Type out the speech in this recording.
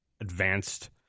advanced